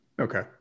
Okay